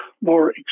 more